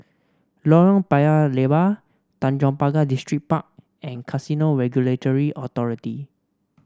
Lorong Paya Lebar Tanjong Pagar Distripark and Casino Regulatory Authority